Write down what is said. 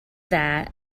that